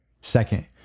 Second